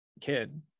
kid